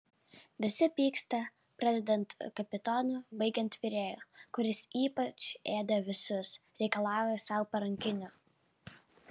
visi pyksta pradedant kapitonu baigiant virėju kuris ypač ėda visus reikalauja sau parankinio